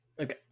Okay